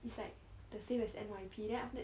it's like the same as N_Y_P then after that